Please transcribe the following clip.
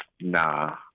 nah